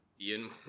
Ian